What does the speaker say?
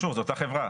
שוב, זו אותה חברה.